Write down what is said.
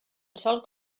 solc